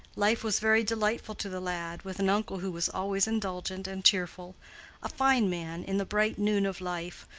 life was very delightful to the lad, with an uncle who was always indulgent and cheerful a fine man in the bright noon of life,